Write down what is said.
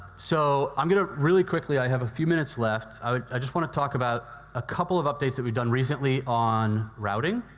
so i'm going to really quickly, i have a few minutes left, i want to talk about a couple of updates that we've done recently on routing.